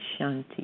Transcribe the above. shanti